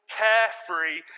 carefree